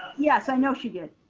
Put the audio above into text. yes, i know she did.